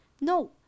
No